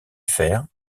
fer